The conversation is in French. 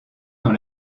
sur